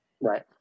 Right